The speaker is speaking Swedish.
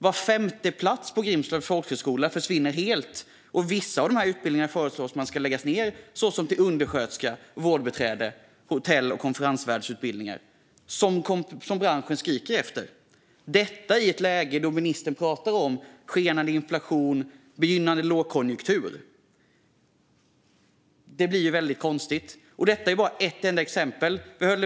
Var femte plats på Grimslövs folkhögskola försvinner helt, och vissa av de här utbildningarna, såsom till undersköterska, vårdbiträde och hotell och konferensvärd som branschen alltså skriker efter, föreslås läggas ned, detta i läge då ministern pratar om skenande inflation och begynnande lågkonjunktur. Det blir väldigt konstigt, och detta är bara ett enda exempel.